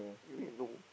you need know